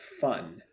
fun